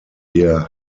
der